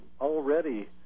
already